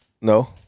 No